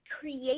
create